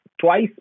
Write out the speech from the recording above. twice